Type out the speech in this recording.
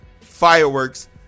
fireworks